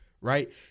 right